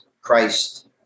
Christ